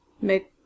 make